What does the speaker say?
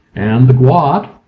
and the gwot.